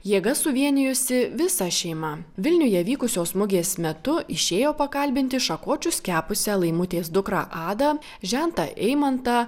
jėgas suvienijusi visa šeima vilniuje vykusios mugės metu išėjo pakalbinti šakočius kepusią laimutės dukrą adą žentą eimantą